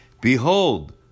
Behold